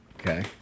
Okay